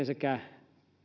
sekä